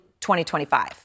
2025